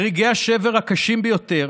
ברגעי השבר הקשים ביותר